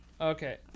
Okay